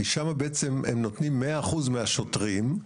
כי שם הם נותנים 100% מהשוטרים,